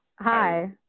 Hi